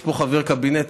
יש פה חבר קבינט,